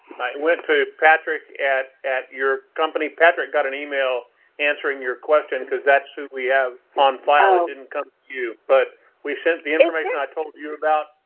night went to patrick at at your company, patrick got an email answering your question, because that's who we have on file didn't come up. but we've sent the information i told you about.